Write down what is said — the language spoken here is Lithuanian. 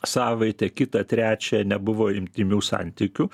savaitę kitą trečią nebuvo imtymių santykių